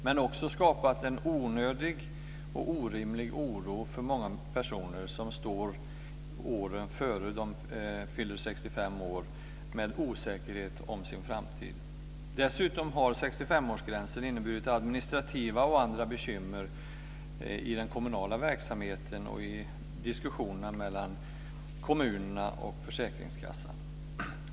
Den har också skapat en onödig och orimlig oro för många personer, med en osäkerhet om framtiden åren innan de fyller 65 år. Dessutom har 65-årsgränsen inneburit administrativa och andra bekymmer i den kommunala verksamheten och i diskussionerna mellan kommunerna och försäkringskassan.